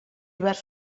hiverns